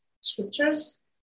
scriptures